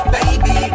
Baby